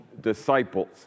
disciples